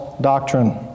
doctrine